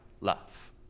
love